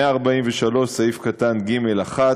143(ג)(1),